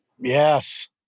Yes